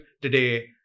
today